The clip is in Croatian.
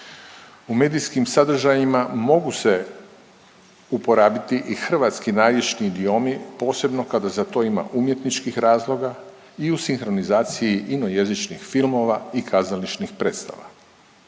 U medijskim sadržajima mogu se uporabiti i hrvatski narječni idiomi, posebno kada za to ima umjetničkih razloga i u sinhronizaciji inojezičnih filmova i kazališnih predstava.